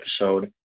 episode